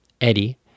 Eddie